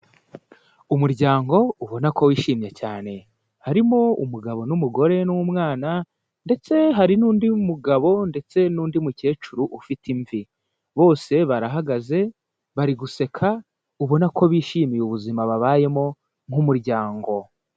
Umuryango ubona ko wishimye cyane, harimo umugabo n'umugore n'umwana ndetse hari n'undi mugabo ndetse n'undi mukecuru ufite imvi, bose barahagaze bari guseka ubona ko bishimiye ubuzima babayemo nk'umuryango.